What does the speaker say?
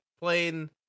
playing